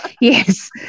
Yes